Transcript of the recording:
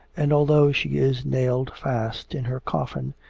and although she is nailed fast in her coffin,